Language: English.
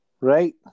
Right